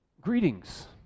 greetings